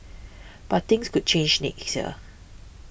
but things could change next year